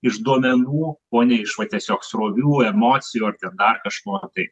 iš duomenų o ne iš vat tiesiog srovių emocijų ar ten dar kažko tai